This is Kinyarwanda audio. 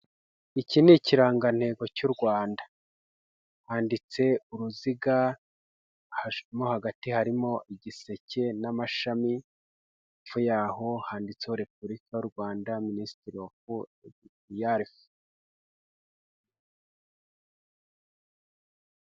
Iki ni ikirangantego cy'u Rwanda, handitse uruziga mo hagati harimo igiseke n'amashami epfo yaho handitseho repubulika y'u Rwanda minisitiri ofu yarifu.